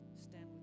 Stand